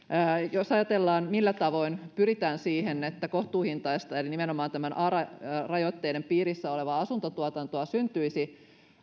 jos ajatellaan millä tavoin pyritään siihen että kohtuuhintaista eli nimenomaan ara rajoitteiden piirissä olevaa asuntotuotantoa syntyisi